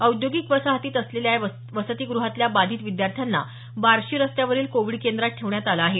औद्योगिक वसाहतीत असलेल्या या वसतीगृहाल्या बाधित विद्यार्थ्यांना बार्शी रस्त्यावरील कोविड केंद्रात ठेवण्यात आलं आहे